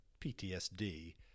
PTSD